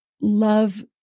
love